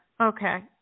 okay